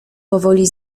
powoli